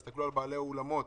תסתכלו על בעלי אולמות